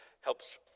helps